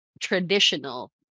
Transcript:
traditional